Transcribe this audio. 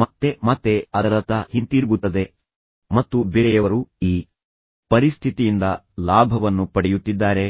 ಮತ್ತೆ ಮತ್ತೆ ಅದರತ್ತ ಹಿಂತಿರುಗುತ್ತದೆ ಮತ್ತು ಬೇರೆಯವರು ಈ ಪರಿಸ್ಥಿತಿಯಿಂದ ಲಾಭವನ್ನು ಪಡೆಯುತ್ತಿದ್ದಾರೆ